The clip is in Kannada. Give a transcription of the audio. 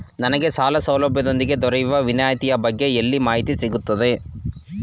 ನನಗೆ ಸಾಲ ಸೌಲಭ್ಯದೊಂದಿಗೆ ದೊರೆಯುವ ವಿನಾಯತಿಯ ಬಗ್ಗೆ ಎಲ್ಲಿ ಮಾಹಿತಿ ಸಿಗುತ್ತದೆ?